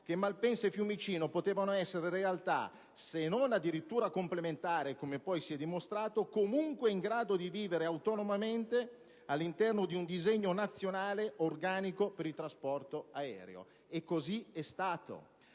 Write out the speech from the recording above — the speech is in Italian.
che Malpensa e Fiumicino potevano essere realtà, se non addirittura complementari come poi si è dimostrato, comunque in grado di vivere autonomamente all'interno di un disegno nazionale, organico, per il trasporto aereo. E così è stato.